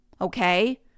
Okay